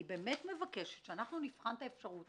אז אני באמת מבקשת שאנחנו נבחן את האפשרות